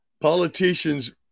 Politicians